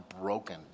broken